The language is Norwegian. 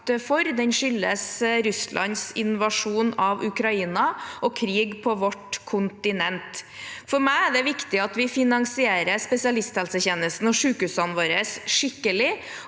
for. De skyldes Russlands invasjon av Ukraina og krig på kontinentet vårt. For meg er det viktig å finansiere spesialisthelsetjenesten og sykehusene våre skikkelig,